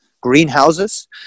greenhouses